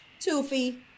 Toofy